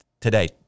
today